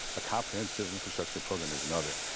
ah comprehensive infrastructure program is another.